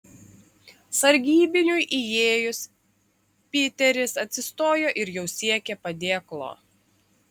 sargybiniui įėjus piteris atsistojo ir jau siekė padėklo